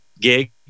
gig